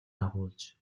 агуулж